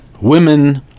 women